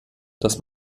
dass